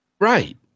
Right